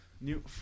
new